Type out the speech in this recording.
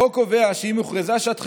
החוק קובע שאם הוכרזה שעת חירום,